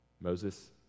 Moses